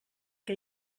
que